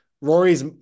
Rory's –